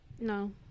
No